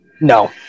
No